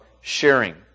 sharing